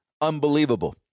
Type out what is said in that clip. unbelievable